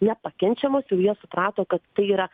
nepakenčiamos jau jie suprato kad tai yra